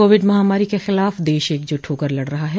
Covid महामारी के खिलाफ देश एकजुट होकर लड़ रहा है